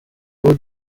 ubu